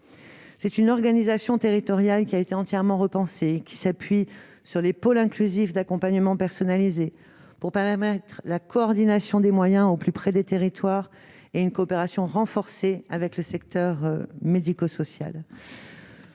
c'est une organisation territoriale qui a été entièrement repensé, qui s'appuie sur les pôles inclusifs d'accompagnement personnalisé pour paramètre, la coordination des moyens au plus près des territoires et une coopération renforcée avec le secteur médico-social,